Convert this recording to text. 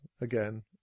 again